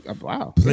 Wow